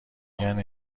گین